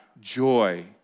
joy